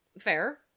Fair